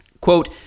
quote